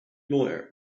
lawyer